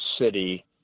city